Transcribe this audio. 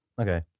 Okay